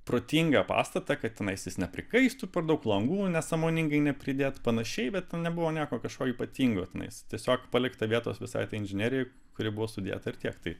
protingą pastatą kad tenais jis neprikaistų per daug langų nesąmoningai nepridėta panašiai bet tai nebuvo nieko kažko ypatingo tenais tiesiog palikta vietos visai tai inžinerijai kuri buvo sudėta ir tiek tai